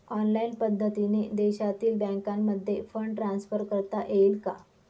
Online पद्धतीने देशातील बँकांमध्ये फंड ट्रान्सफर करता येईल का?